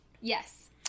yes